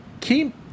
keep